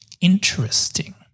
Interesting